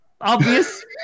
obvious